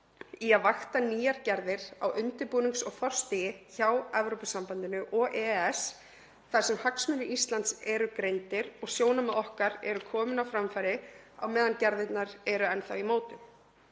í að vakta nýjar gerðir á undirbúnings- og forstigi hjá Evrópusambandinu og EES þar sem hagsmunir Íslands eru greindir og sjónarmiðum okkar komið á framfæri á meðan gerðirnar eru enn þá í mótun.